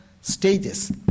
stages